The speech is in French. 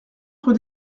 rue